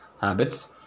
habits